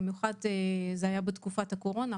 במיוחד בתקופת הקורונה,